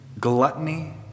Gluttony